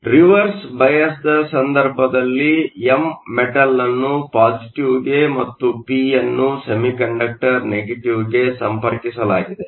reverse bias biasನ ಸಂದರ್ಭದಲ್ಲಿ M metal ಅನ್ನು ಪಾಸಿಟಿವ್ಗೆ ಮತ್ತು ಪಿಯನ್ನು ಸೆಮಿಕಂಡಕ್ಟರ್ ನೆಗೆಟಿವ್ಗೆ ಸಂಪರ್ಕಿಸಲಾಗಿದೆ